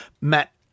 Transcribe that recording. Matt